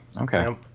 Okay